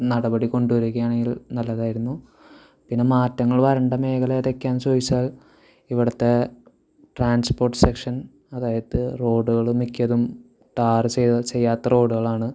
നടപടി കൊണ്ടുവരുകയാണെങ്കിൽ നല്ലതായിരുന്നു പിന്നെ മാറ്റങ്ങൾ വരേണ്ട മേഖല ഏതൊക്കെയാണെന്ന് ചോദിച്ചാൽ ഇവിടുത്തെ ട്രാൻസ്പോർട്ട് സെക്ഷൻ അതായത് റോഡുകൾ മിക്കതും ടാർ ചെയ്ത ചെയ്യാത്ത റോഡുകളാണ്